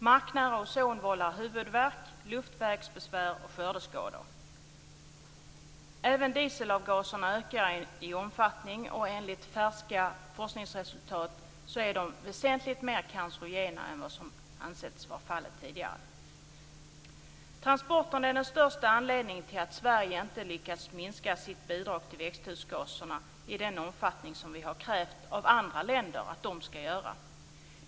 Marknära ozon vållar huvudvärk, luftvägsbesvär och skördeskador. Även dieselavgaserna ökar i omfattning och är enligt färska forskningsresultat väsentligt mer cancerogena än vad som ansetts vara fallet tidigare. Transporterna är den största anledningen till att Sverige inte lyckats minska sitt bidrag till växthusgaserna i den omfattning som vi har krävt att andra länder skall göra.